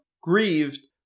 grieved